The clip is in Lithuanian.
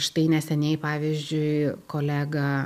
štai neseniai pavyzdžiui kolega